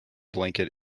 blanket